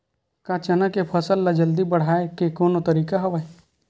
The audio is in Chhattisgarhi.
का चना के फसल ल जल्दी बढ़ाये के कोनो तरीका हवय?